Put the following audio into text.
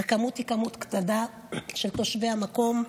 הכמות היא כמות קטנה של תושבי המקום,